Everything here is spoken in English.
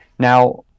Now